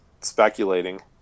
speculating